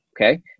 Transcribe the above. okay